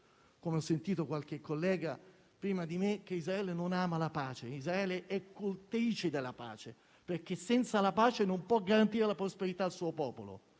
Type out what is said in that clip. come ho sentito dire da qualche collega che mi ha preceduto, che Israele non ama la pace: Israele è cultrice della pace, perché senza la pace non può garantire la prosperità al suo popolo.